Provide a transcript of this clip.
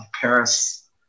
Paris